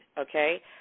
okay